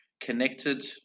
connected